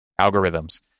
algorithms